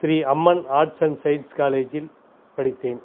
Sri Amman arts and science காலேஜில் படித்தேன்